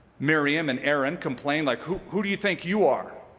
miriam and aaron complained like, who who do you think you are?